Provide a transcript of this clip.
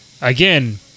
again